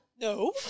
No